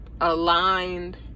aligned